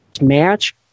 match